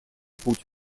путь